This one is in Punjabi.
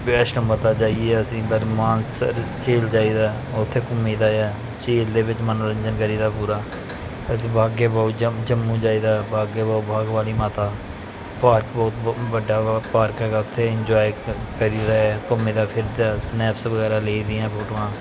ਵੈਸ਼ਨੂੰ ਮਾਤਾ ਜਾਈਏ ਅਸੀਂ ਬਰ ਮਾਨਸਰ ਝੀਲ ਜਾਈਦਾ ਉੱਥੇ ਘੁੰਮੀਦਾ ਆ ਝੀਲ ਦੇ ਵਿੱਚ ਮਨੋਰੰਜਨ ਕਰੀਦਾ ਪੂਰਾ ਜਮ ਜੰਮੂ ਜਾਈਦਾ ਬਾਗੇ ਵੋ ਬਾਗਵਾਨੀ ਮਾਤਾ ਪਾਰਕ ਬ ਬਹੁਤ ਵੱਡਾ ਬਹੁਤ ਪਾਰਕ ਹੈਗਾ ਉੱਥੇ ਇੰਜੋਏ ਕ ਕਰੀਦਾ ਘੁੰਮੀਦਾ ਫਿਰੀਦਾ ਸਨੈਪਸ ਵਗੈਰਾ ਲਈ ਦੀਆਂ ਫੋਟੋਆਂ